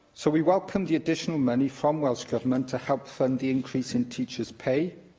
so, we welcome the additional money from welsh government to help fund the increase in teachers' pay,